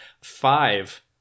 five